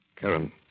Karen